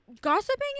Gossiping